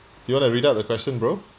you want to read out the question bro